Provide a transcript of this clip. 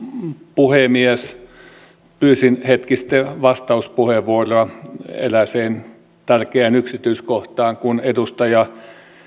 puhemies pyysin hetki sitten vastauspuheenvuoroa erääseen tärkeään yksityiskohtaan kun edustaja